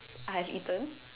I have eaten